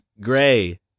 Gray